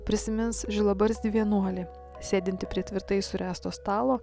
prisimins žilabarzdį vienuolį sėdintį prie tvirtai suręsto stalo